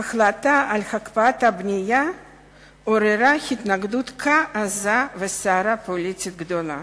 ההחלטה על הקפאת הבנייה עוררה התנגדות כה עזה וסערה פוליטית גדולה.